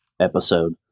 episode